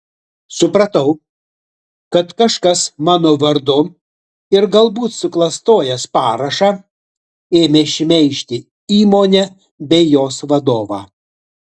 supratau kad kažkas mano vardu ir galbūt suklastojęs parašą ėmė šmeižti įmonę bei jos vadovą